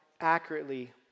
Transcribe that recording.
accurately